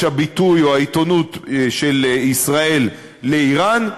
הביטוי או העיתונות של ישראל לזה שבאיראן,